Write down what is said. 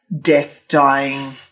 death-dying